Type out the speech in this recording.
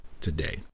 today